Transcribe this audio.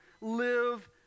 live